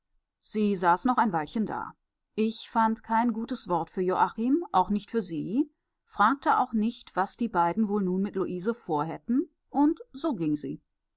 sie saß noch ein weilchen da ich fand kein gutes wort für joachim auch nicht für sie fragte auch nicht was die beiden wohl nun mit luise vorhätten und so ging sie